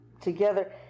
together